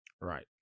Right